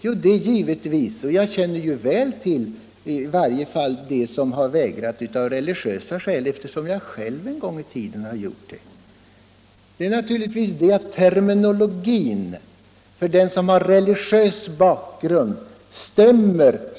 Jo, det är naturligtvis — och jag känner väl till i varje fall dem som vägrat av religiösa skäl, eftersom jag själv en gång i tiden har gjort det — att den terminologi som används stämmer mycket bättre för dem som har religiös bakgrund.